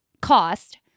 cost